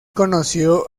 conoció